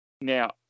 Now